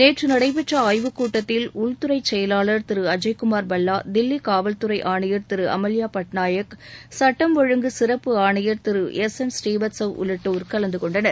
நேற்று நடைபெற்ற ஆய்வு கூட்டத்தில் உள்துறை செயலாளர் திரு அஜய்குமார் பல்லா தில்லி காவல்துறை ஆணையர் திரு அமல்யா பட்நாயக் சுட்டம் ஒழுங்கு சிறப்பு ஆணையர் எஸ் என் புரீவத்ஸவ் உள்ளிட்டோர் கலந்து கொண்டனர்